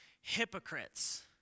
Hypocrites